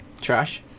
Trash